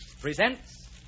presents